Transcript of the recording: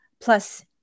Plus